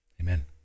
amen